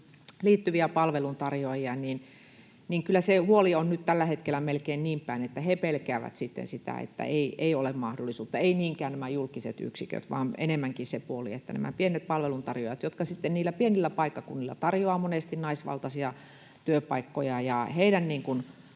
liittyviä palveluntarjoajia, niin kyllä se huoli on nyt tällä hetkellä melkein niin päin, että he pelkäävät sitä, että ei ole mahdollisuutta — eivät niinkään nämä julkiset yksiköt, vaan enemmänkin se puoli. Nämä pienet palveluntarjoajat — jotka sitten niillä pienillä paikkakunnilla tarjoavat monesti naisvaltaisia työpaikkoja — ja heidän